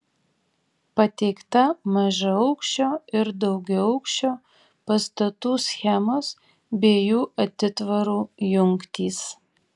pateikta mažaaukščio ir daugiaaukščio pastatų schemos bei jų atitvarų jungtys